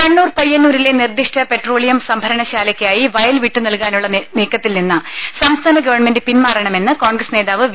കണ്ണൂർ പയ്യന്നൂരിലെ നിർദ്ദിഷ്ട പെട്രോളിയം സംഭരണ ശാലയ്ക്കായി വയൽ വിട്ടു നൽകാനുള്ള നീക്കത്തിൽ നിന്ന് സംസ്ഥാന ഗവൺമെന്റ് പിൻമാറണമെന്ന് കോൺഗ്രസ് നേതാവ് വി